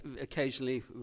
occasionally